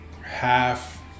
half